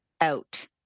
out